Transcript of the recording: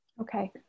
Okay